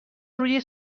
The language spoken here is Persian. روی